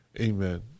amen